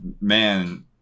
man